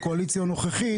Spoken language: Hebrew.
הקואליציה הנוכחית.